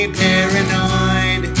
paranoid